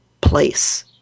place